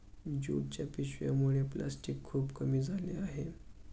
ज्यूटच्या पिशव्यांमुळे प्लॅस्टिक खूप कमी झाले आहे